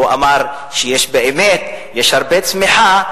הוא אמר שיש באמת הרבה צמיחה,